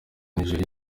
nigeria